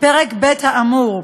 פרק ב' האמור.